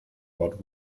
wort